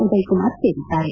ಉದಯಕುಮಾರ್ ಸೇರಿದ್ದಾರೆ